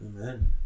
Amen